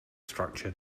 structure